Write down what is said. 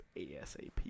ASAP